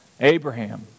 Abraham